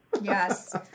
Yes